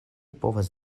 povas